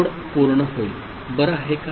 बरं आहे का